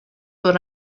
what